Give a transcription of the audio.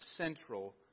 central